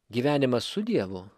gyvenimas su dievu